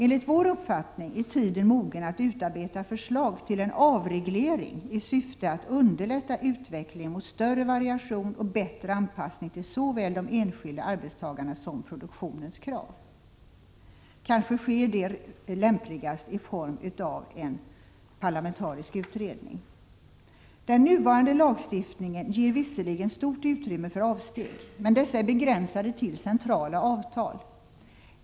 Enligt vår uppfattning är tiden mogen för att utarbeta förslag till en avreglering i syfte att underlätta utveckling mot större variation och bättre anpassning till såväl de enskilda arbetstagarnas som produktionens krav. Detta sker kanske lämpligast i form av en parlamentarisk utredning. Den nuvarande lagstiftningen ger visserligen stort utrymme för avsteg, men dessa är begränsade till centrala avtal.